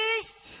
East